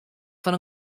fan